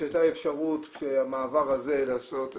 שהייתה אפשרות למעבר הזה לעשות,